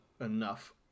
enough